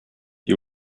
you